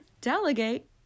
delegate